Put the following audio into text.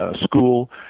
school